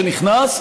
כן.